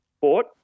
bought